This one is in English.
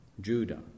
Judah